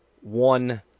one